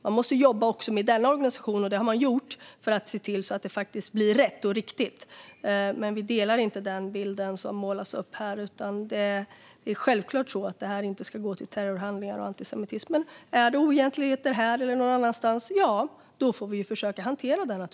Man måste jobba också med denna organisation, och det har man gjort, för att se till att det faktiskt blir rätt och riktigt. Men vi delar inte den bild som målas upp här. Det är självklart så att pengarna inte ska gå till terrorhandlingar och antisemitism. Men är det oegentligheter, här eller någon annanstans, får vi naturligtvis försöka hantera det.